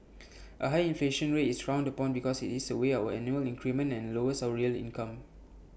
A high inflation rate is frowned upon because IT eats away our annual increment and lowers our real income